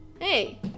hey